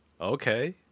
Okay